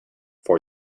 for